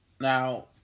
Now